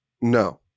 No